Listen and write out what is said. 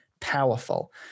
powerful